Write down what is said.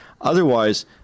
Otherwise